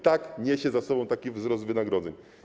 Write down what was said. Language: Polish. Tak, niesie za sobą taki wzrost wynagrodzeń.